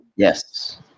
Yes